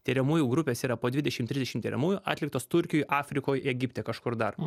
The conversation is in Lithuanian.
tiriamųjų grupės yra po dvidešimt trisdešimt tiriamųjų atliktos turkijoj afrikoj egipte kažkur dar